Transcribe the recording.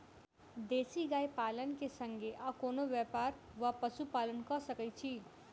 देसी गाय पालन केँ संगे आ कोनों व्यापार वा पशुपालन कऽ सकैत छी?